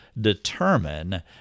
determine